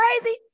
crazy